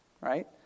right